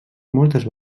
moltes